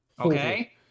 Okay